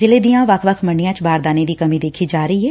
ਜ਼ਿਲੇ ਦੀਆ ਵੱਖ ਵੱਖ ਮੰਡੀਆ ਚ ਬਾਰਦਾਨੇ ਦੀ ਕਮੀ ਦੇਖੀ ਜਾ ਰਹੀ ਐ